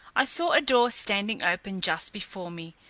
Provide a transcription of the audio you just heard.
i saw a door standing open just before me,